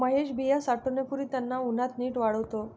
महेश बिया साठवण्यापूर्वी त्यांना उन्हात नीट वाळवतो